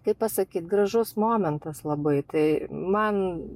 kaip pasakyt gražus momentas labai tai man